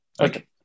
Okay